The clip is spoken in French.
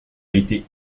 été